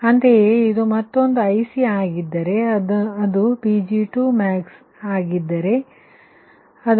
ಅಂತೆಯೇ ಇದು ಮತ್ತೊಂದು IC ಆಗಿದ್ದರೆ ಅದು Pg2max ಆಗಿದ್ದರೆ ಇದು Pg2min ಆಗಿರುತ್ತದೆ